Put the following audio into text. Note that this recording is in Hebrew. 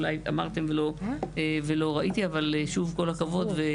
אולי אמרתם ולא ראיתי, אבל שוב כל הכבוד.